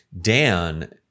Dan